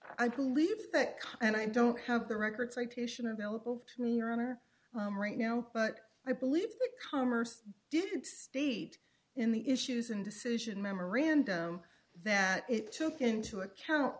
i believe that kind i don't have the record citation available to me your honor right now but i believe the commerce did speed in the issues in decision memorandum that it took into account